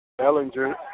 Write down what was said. Ellinger